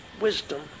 wisdom